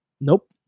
Nope